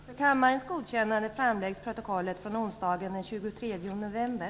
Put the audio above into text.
Frågan redovisar bilaga som fogas till riksdagens snabbprotokoll tisdagen den 29 november.